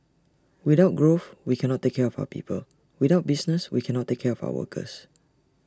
without growth we cannot take care of our people without business we cannot take care of our workers